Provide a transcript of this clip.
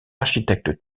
architecte